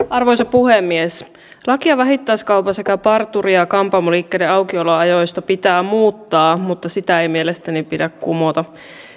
arvoisa puhemies lakia vähittäiskaupan sekä parturi ja ja kampaamoliikkeiden aukioloajoista pitää muuttaa mutta sitä ei mielestäni pidä kumota